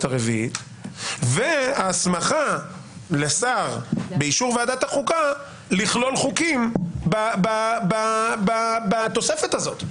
הרביעית והסמכה לשר באישור ועדת החוקה לכלול חוקים בתוספת הזאת.